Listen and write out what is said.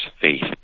faith